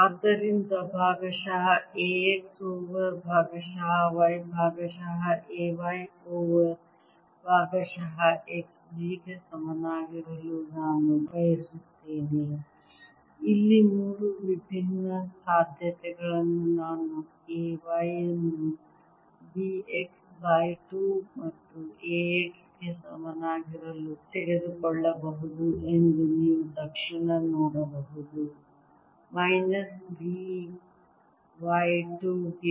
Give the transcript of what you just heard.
ಆದ್ದರಿಂದ ಭಾಗಶಃ A x over ಭಾಗಶಃ y ಭಾಗಶಃ A y ಓವರ್ ಭಾಗಶಃ x B ಗೆ ಸಮನಾಗಿರಲು ನಾನು ಬಯಸುತ್ತೇನೆ ಇಲ್ಲಿ ಮೂರು ವಿಭಿನ್ನ ಸಾಧ್ಯತೆಗಳನ್ನು ನಾನು A y ಯನ್ನು B x ಬೈ 2 ಮತ್ತು A x ಗೆ ಸಮನಾಗಿರಲು ತೆಗೆದುಕೊಳ್ಳಬಹುದು ಎಂದು ನೀವು ತಕ್ಷಣ ನೋಡಬಹುದು ಮೈನಸ್ B y 2 ಗೆ